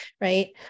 right